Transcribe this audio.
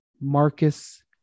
Marcus